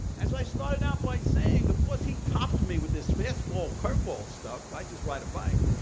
as i started out by saying. of course, he topped me with this fastball-curveball stuff, i just ride a bike.